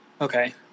Okay